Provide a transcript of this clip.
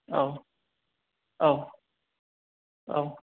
औ औ औ